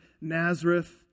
Nazareth